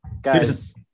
Guys